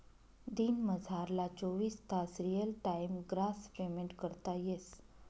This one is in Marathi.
दिनमझारला चोवीस तास रियल टाइम ग्रास पेमेंट करता येस